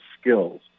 skills